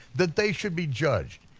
that they should be judged,